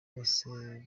bose